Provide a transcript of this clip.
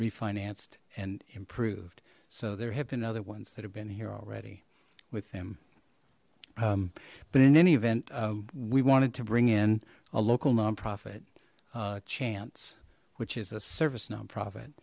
refinanced and improved so there have been other ones that have been here already with them but in any event we wanted to bring in a local nonprofit chance which is a service nonprofit